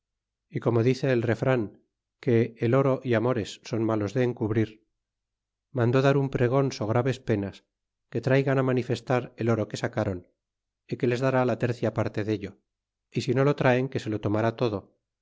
y como dice el refrau que el oro y amores son malos de encubrir mandó dar un pregon so graves penas que traigan á manifestar el oro que sacaron y que les dará la tercia parte dello y si no lo traen que se lo tomara todo